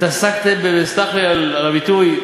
התעסקתם, סלח לי על הביטוי,